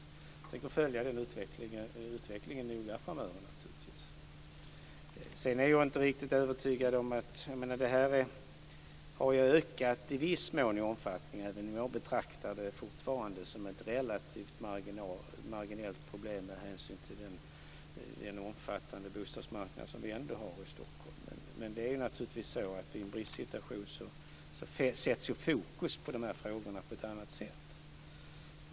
Jag tänker naturligtvis noga följa den utvecklingen framöver. Det här har i viss mån ökat i omfattning, även om jag fortfarande betraktar det som ett relativt marginellt problem med hänsyn till den omfattande bostadsmarknad som vi ändå har i Stockholm. Men det är naturligtvis så att i en bristsituation sätts fokus på de här frågorna på ett annat sätt.